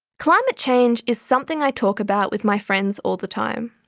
climate change is something i talk about with my friends all the time.